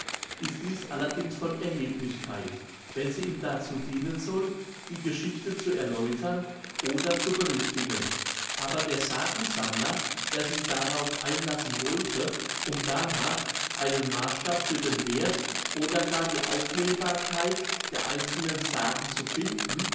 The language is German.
ist dies allerdings von erheblichkeit wenn sie ihm dazu dienen soll die geschichte zu erläutern oder zu berichtigen aber der sagensammler der sich darauf einlassen wollte um danach einen maßstab für den werth oder gar für die aufnehmbarkeit der einzelnen sagen zu finden